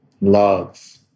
love